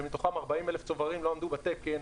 ומתוכם 40 אלף צוברים לא עמדו בתקן,